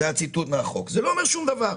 זה היה ציטוט מהחוק, זה לא אומר שום דבר.